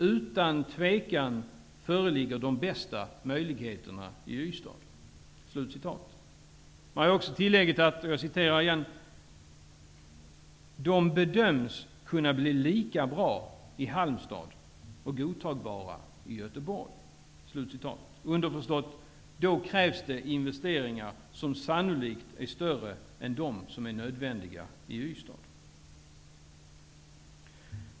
Utan tvekan föreligger därvid de bästa möjligheterna i Ystad --.'' Man gör också tillägget att ''de bedöms kunna bli bra i Halmstad och godtagbara i Göteborg''. Underförstått: Då krävs det investeringar, som sannolikt är större än de som är nödvändiga i Ystad.